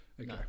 Okay